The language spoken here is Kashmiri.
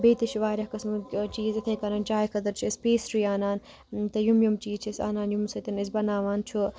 بیٚیہِ تہِ چھِ واریاہ قسمٕکۍ چیٖز اِتھے کَنَن چاے خٲطر چھِ أسۍ پیسٹری اَنَان تہٕ یِم یِم چیٖز چھِ اَنان ییٚمہِ سۭتۍ أسۍ بناوان چھُ